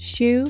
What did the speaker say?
Shoe